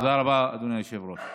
תודה רבה, אדוני היושב-ראש.